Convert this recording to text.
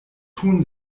tun